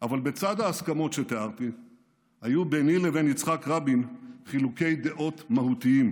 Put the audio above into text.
אבל בצד ההסכמות שתיארתי היו ביני לבין יצחק רבין חילוקי דעות מהותיים.